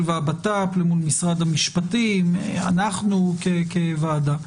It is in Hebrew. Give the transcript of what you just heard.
והבט"פ מול משרד המשפטים ואנחנו כוועדה.